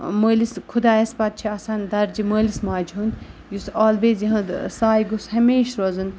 مٲلِس خُدایَس پَتہٕ چھِ آسان دَرجہِ مٲلِس ماجہِ ہُنٛد یُس آلویز یِہٕنٛز سایہِ گوٚژھ ہمیشہِ روزُن